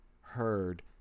heard